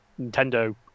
Nintendo